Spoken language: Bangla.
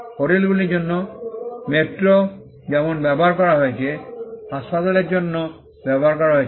হোটেলগুলির জন্য মেট্রো যেমন ব্যবহার করা হয়েছে হাসপাতালের জন্য মেট্রো ব্যবহার করা হয়েছে